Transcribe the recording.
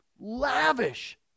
lavish